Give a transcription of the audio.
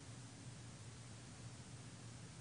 בוקר טוב